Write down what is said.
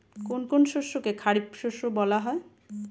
কোন কোন শস্যকে খারিফ শস্য বলা হয়?